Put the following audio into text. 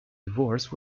divorce